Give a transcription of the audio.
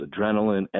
adrenaline